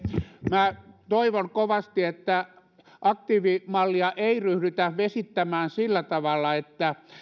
minä toivon kovasti että aktiivimallia ei ryhdytä vesittämään sillä tavalla että